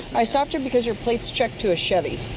i stopped you because your plates check to a chevy.